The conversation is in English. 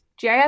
GIS